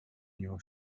your